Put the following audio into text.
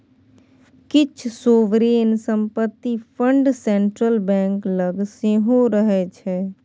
किछ सोवरेन संपत्ति fund central bank लग सेहो रहय छै